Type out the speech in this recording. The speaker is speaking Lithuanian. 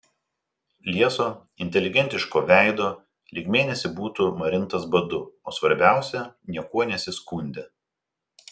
lieso inteligentiško veido lyg mėnesį būtų marintas badu o svarbiausia niekuo nesiskundė